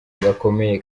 gakomeye